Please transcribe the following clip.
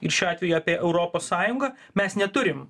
ir šiuo atveju apie europos sąjungą mes neturim